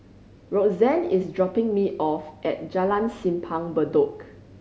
Roxann is dropping me off at Jalan Simpang Bedok